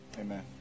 Amen